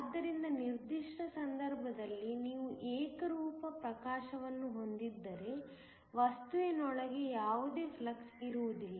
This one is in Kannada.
ಆದ್ದರಿಂದ ನಿರ್ದಿಷ್ಟ ಸಂದರ್ಭದಲ್ಲಿ ನೀವು ಏಕರೂಪದ ಪ್ರಕಾಶವನ್ನು ಹೊಂದಿದ್ದರೆ ವಸ್ತುವಿನೊಳಗೆ ಯಾವುದೇ ಫ್ಲಕ್ಸ್ ಇರುವುದಿಲ್ಲ